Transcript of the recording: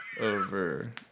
over